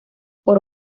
por